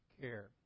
care